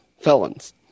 felons